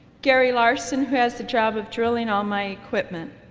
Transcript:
gary larson who has the job of drilling all my equipment.